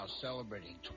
celebrating